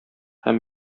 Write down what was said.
һәм